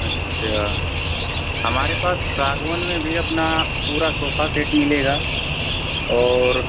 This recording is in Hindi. अच्छा हमारे पास सागवन में भी अपना पूरा सोफा सेट मिलेगा और